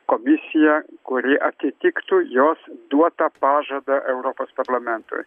komisiją kuri atitiktų jos duotą pažadą europos parlamentui